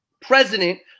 president